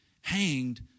hanged